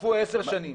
חלפו עשר שנים,